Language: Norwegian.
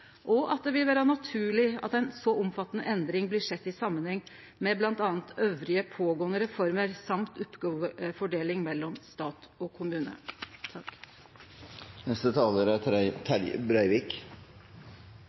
og at det vil vere naturleg at ei så omfattande endring blir sett i samanheng med m.a. andre reformer som er i gang, og oppgåvefordelinga mellom stat og kommune.